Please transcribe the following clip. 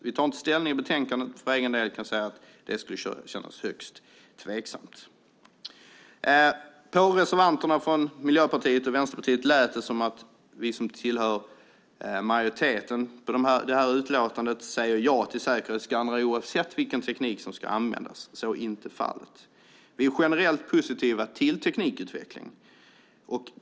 Vi tar inte ställning i betänkandet, men för egen del kan jag säga att det skulle kännas högst tveksamt. På reservanterna från Miljöpartiet och Vänsterpartiet lät det som att vi som tillhör majoriteten i det här utlåtandet säger ja till säkerhetsskannrar oavsett vilken teknik som ska användas. Så är inte fallet. Vi är generellt positiva till teknikutveckling.